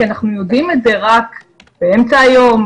כי אנחנו יודעים את זה רק באמצע היום,